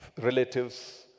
relatives